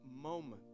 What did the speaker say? moment